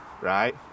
right